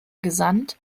gesandt